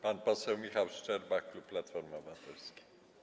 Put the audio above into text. Pan poseł Michał Szczerba, klub Platforma Obywatelska.